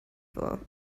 for